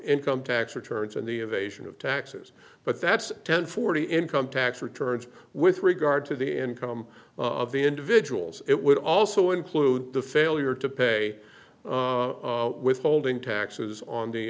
income tax returns and the evasion of taxes but that's ten forty income tax returns with regard to the income of the individuals it would also include the failure to pay withholding taxes on the